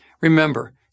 Remember